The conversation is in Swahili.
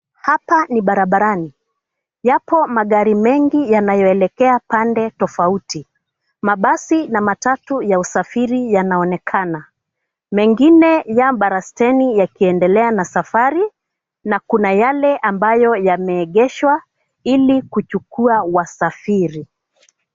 Hapa ni barabarani, yapo magari mengi yanayoelekea pande tofauti. Mabasi na matatu ya usafiri yanaonekana. Mengine ya barasteni yakiendelea na safari. Na kuna yale ambayo yameegeshwa ili kuchukua wasafiri.